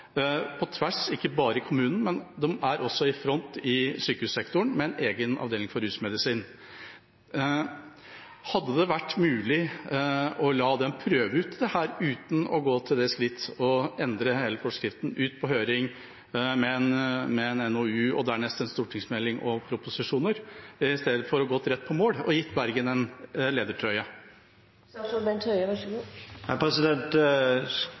på tvers – ikke bare i kommunen, men de er også i front i sykehussektoren, med en egen avdeling for rusmedisin. Hadde det vært mulig å la dem prøve ut dette uten å gå til det skritt å endre hele forskriften ved å sende den ut på høring, komme med en NOU og dernest en stortingsmelding og proposisjoner, og i stedet gått rett på mål og gitt Bergen en